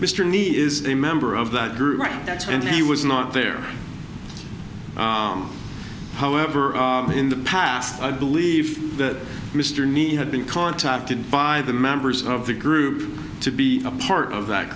mr need is a member of that group and he was not there however in the past i believe that mr nihad been contacted by the members of the group to be a part of that